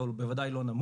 אבל הוא בוודאי לא נמוך